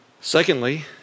Secondly